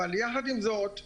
אבל יחד עם זאת,